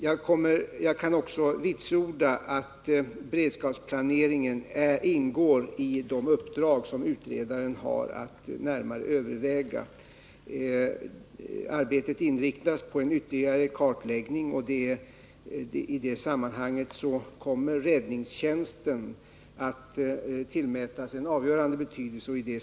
Jag kan också vitsorda att beredskapsplaneringen ingår i det uppdrag som utredaren har att närmare överväga. Arbetet inriktas på en ytterligare kartläggning, och i det sammanhanget kommer räddningstjänsten att tillmätas en avgörande betydelse.